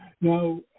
Now